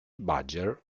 badger